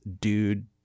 Dude